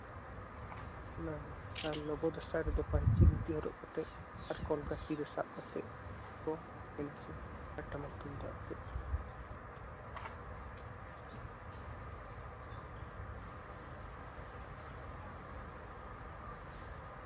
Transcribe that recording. ᱚᱱᱟ ᱜᱮ ᱟᱨ ᱞᱚᱵᱚᱭ ᱫᱟᱸᱥᱟᱭ ᱨᱮᱫᱚ ᱯᱟᱧᱪᱤ ᱫᱷᱩᱛᱤ ᱦᱚᱨᱚᱜ ᱠᱟᱛᱮᱫ ᱟᱨ ᱠᱚᱞᱜᱟ ᱛᱤ ᱨᱮ ᱥᱟᱵ ᱠᱟᱛᱮᱫ ᱠᱚ ᱮᱱᱮᱡᱟ ᱟᱨ ᱴᱟᱢᱟᱠ ᱛᱩᱢᱫᱟᱜ ᱟᱛᱮ